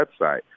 website